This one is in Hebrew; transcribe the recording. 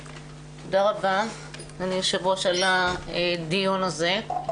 תודה רבה, היושב-ראש, על הדיון הזה.